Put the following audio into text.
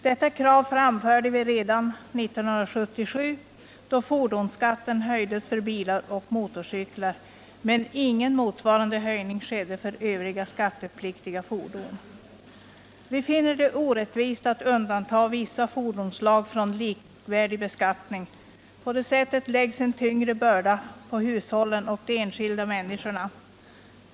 Detta krav itamförde vi redan 1977, då fordonsskatten höjdes för bilar och motorcyklar, men ingen motsvarande höjning skedde för övriga skattepliktiga fordon. Vi 115 finner det orättvist att undanta vissa fordonsslag från likvärdig beskattning. Det lägger en tyngre börda på hushållen och de enskilda människorna.